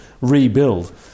rebuild